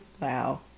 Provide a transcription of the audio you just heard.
Wow